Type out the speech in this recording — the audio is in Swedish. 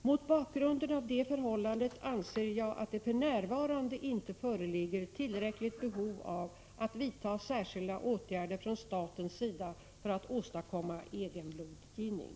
Mot bakgrunden av det förhållandet anser jag att det för närvarande inte föreligger tillräckligt behov av att vidta särskilda åtgärder från statens sida för att åstadkomma egenblodgivning.